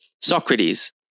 Socrates